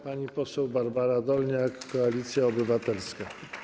Pani poseł Barbara Dolniak, Koalicja Obywatelska.